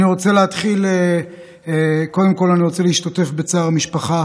אני מאפס לך, תתחיל מהתחלה.